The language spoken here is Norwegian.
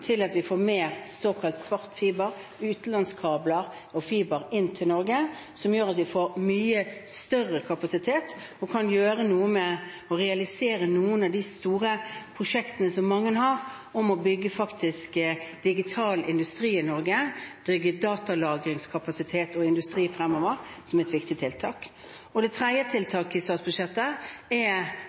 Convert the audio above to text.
til at vi får mer såkalt svart fiber, utenlandskabler og fiber inn til Norge, som gjør at vi får mye større kapasitet og kan realisere noen av de store prosjektene som mange har for å bygge digital industri i Norge, bygge datalagringskapasitet og industri fremover, som er et viktig tiltak. Det tredje tiltaket i statsbudsjettet er